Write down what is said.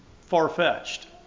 far-fetched